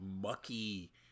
mucky